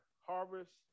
harvest